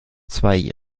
zwei